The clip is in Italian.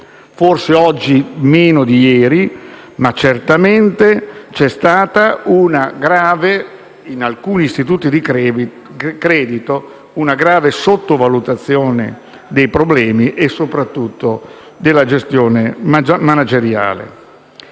forse oggi meno di ieri, ma certamente in alcuni istituti di credito c'è stata una grave sottovalutazione dei problemi e soprattutto della gestione manageriale.